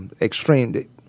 extreme –